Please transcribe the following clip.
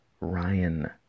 Ryan